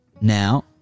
now